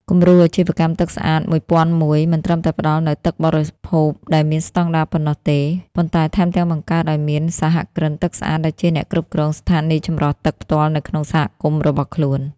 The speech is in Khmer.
គំរូអាជីវកម្ម ទឹកស្អាត ១០០១ មិនត្រឹមតែផ្ដល់នូវទឹកបរិភោគដែលមានស្ដង់ដារប៉ុណ្ណោះទេ ប៉ុន្តែថែមទាំងបង្កើតឱ្យមាន "សហគ្រិនទឹកស្អាត" ដែលជាអ្នកគ្រប់គ្រងស្ថានីយចម្រោះទឹកផ្ទាល់នៅក្នុងសហគមន៍របស់ខ្លួន។